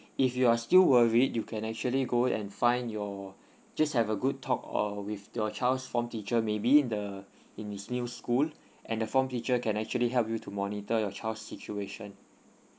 if you are still worried you can actually go and find your just have a good talk or with your child's form teacher maybe in the in his new school and the form teacher can actually help you to monitor your child situation